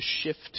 shift